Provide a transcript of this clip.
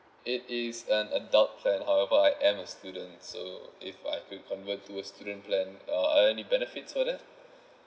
it is an adult plan however I am a student so if I will convert to a student plan uh are any benefits for that